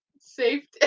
safety